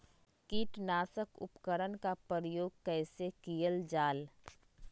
किटनाशक उपकरन का प्रयोग कइसे कियल जाल?